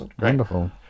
Wonderful